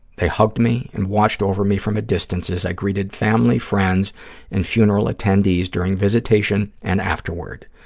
they hugged me and watched over me from a distance as i greeted family, friends and funeral attendees during visitation and afterward.